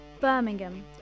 Birmingham